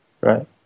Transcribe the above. Right